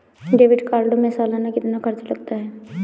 Debit card में सालाना कितना खर्च लगता है?